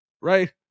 right